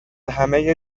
همه